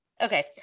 okay